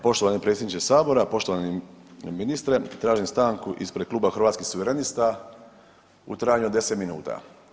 Poštovani predsjedniče sabora, poštovani ministre, tražim stanku ispred Kluba Hrvatskih suverenista u trajanju od 10 minuta.